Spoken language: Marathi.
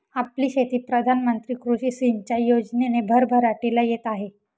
आपली शेती प्रधान मंत्री कृषी सिंचाई योजनेने भरभराटीला येत आहे